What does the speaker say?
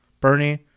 Bernie